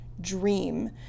dream